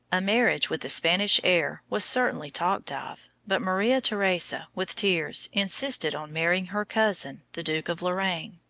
a marriage with the spanish heir was certainly talked of, but maria theresa, with tears, insisted on marrying her cousin, the duke of lorraine.